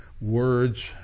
words